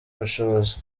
ubushobozi